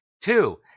Two